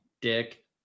Dick